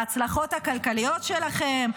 בהצלחות הכלכליות שלכם?